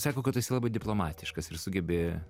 sako kad tu esi labai diplomatiškas ir sugebi